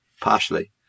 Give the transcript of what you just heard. partially